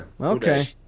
Okay